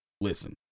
listen